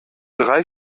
drei